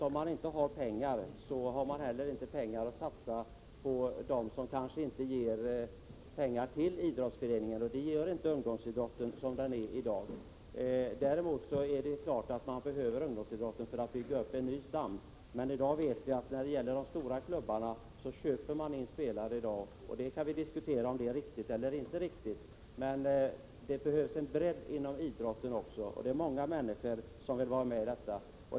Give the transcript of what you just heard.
Om man inte har pengar, är det givet att man inte heller kan satsa på dem som kanske inte ger pengar till idrottsföreningen — och det ger inte ungdomsidrotten som den ser ut i dag. Det är däremot klart att man behöver ungdomsidrotten för att bygga upp en ny stomme. Vi vet att de stora klubbarna i dag köper in spelare. Det kan diskuteras huruvida detta är riktigt. Men det behövs också en bredd inom idrotten. Det är många människor som vill delta.